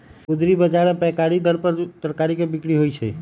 गुदरी बजार में पैकारी दर पर तरकारी के बिक्रि होइ छइ